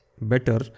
better